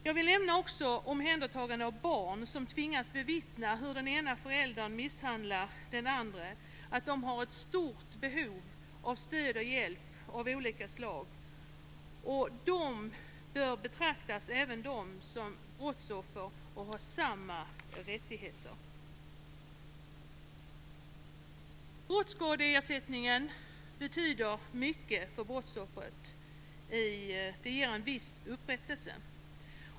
Jag vill också nämna omhändertagande av barn som tvingas bevittna hur den ena föräldern misshandlar den andra. Dessa barn har ett stort behov av stöd och hjälp av olika slag, och även dessa barn bör betraktas som brottsoffer och ha samma rättigheter. Brottsskadeersättningen betyder mycket för brottsoffret. Det ger en viss upprättelse.